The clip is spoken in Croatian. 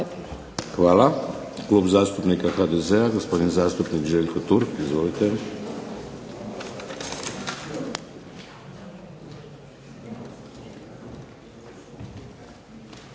Hvala. Klub zastupnika HDZ-a, gospodin zastupnik Željko Turk. Izvolite.